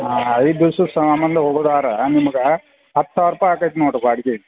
ಹಾಂ ಐದು ದಿವ್ಸದ ಸಂಬಂಧ ಹೋಗುದಾರ ನಿಮಗ ಹತ್ತು ಸಾವಿರ ರೂಪಾಯಿ ಆಕೈತಿ ನೋಡ್ರಿ ಬಾಡ್ಗಿ